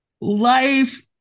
Life